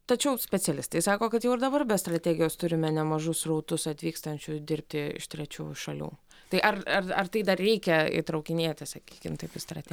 tačiau specialistai sako kad jau ir dabar be strategijos turime nemažus srautus atvykstančių dirbti iš trečiųjų šalių tai ar ar ar tai dar reikia įtraukinėti sakykim taip į strategi